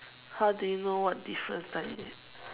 how do you know what different sign it is